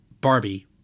Barbie